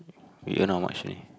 we earn how much only